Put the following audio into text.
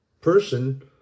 person